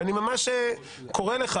ואני ממש קורא לך,